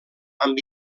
amb